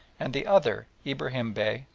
and the other, ibrahim bey,